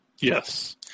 Yes